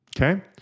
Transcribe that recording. Okay